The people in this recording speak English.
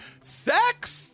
sex